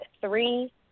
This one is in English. three